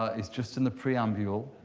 ah it's just in the preamble.